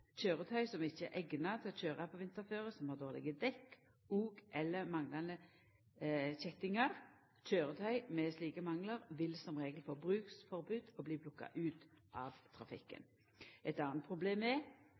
vinterføre, som har dårlege dekk og/eller manglande kjettingar. Køyretøy med slike manglar vil som regel få bruksforbod og bli plukka ut av trafikken. Eit anna problem er